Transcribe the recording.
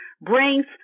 brings